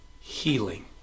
healing